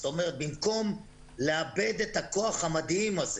כלומר במקום לאבד את הכול המדהים הזה